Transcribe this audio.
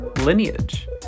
lineage